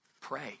pray